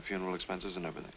the funeral expenses and everything